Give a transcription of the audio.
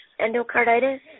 endocarditis